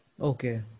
Okay